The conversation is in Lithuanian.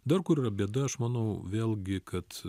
dar kur yra bėda aš manau vėlgi kad